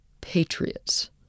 patriots